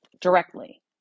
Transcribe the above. directly